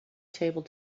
table